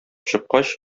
чыккач